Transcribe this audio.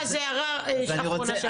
בועז, הערה אחרונה שלך.